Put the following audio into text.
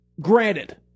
Granted